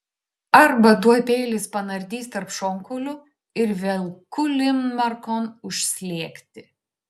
arba tuoj peilis panardys tarp šonkaulių ir velku linmarkon užslėgti